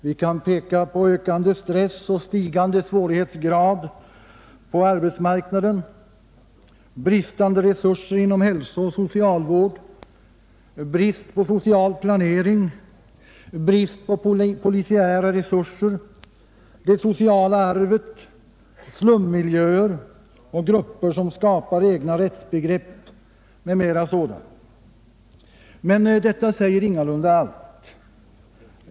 Vi kan peka på ökande stress och stigande svårighetsgrad på arbetsmarknaden, bristande resurser inom hälsooch socialvård, brist på social planering, brist på polisiära resurser, på det sociala arvet, slummiljöer och grupper som skapar egna rättsbegrepp osv. Men detta säger ingalunda allt.